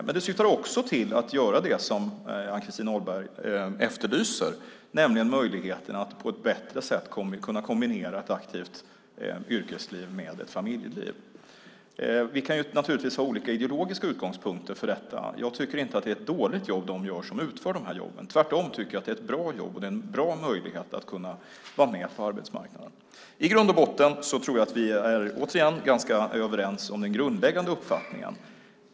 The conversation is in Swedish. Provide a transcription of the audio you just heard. Men de syftar också till att uppnå det som Ann-Christin Ahlberg efterlyser, nämligen att man på ett bättre sätt ska kunna kombinera ett aktivt yrkesliv med ett familjeliv. Vi kan naturligtvis ha olika ideologiska utgångspunkter för detta. Jag tycker inte att det är ett dåligt jobb som de utför som har de här jobben. Tvärtom tycker jag att det är ett bra jobb, och det är en bra möjlighet att kunna vara med på arbetsmarknaden. I grund och botten tror jag, återigen, att vi är ganska överens i den grundläggande uppfattningen.